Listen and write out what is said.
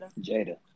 Jada